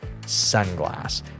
sunglass